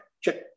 check